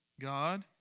God